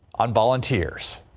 on volunteers.